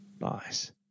Nice